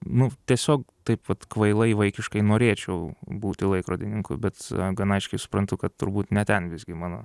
nu tiesiog taip vat kvailai vaikiškai norėčiau būti laikrodininku bet gan aiškiai suprantu kad turbūt ne ten visgi mano